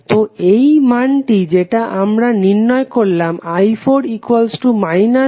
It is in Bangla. তো এই মানটি যেটা আমরা নির্ণয় করলাম i4 I0